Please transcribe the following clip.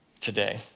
today